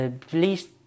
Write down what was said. Please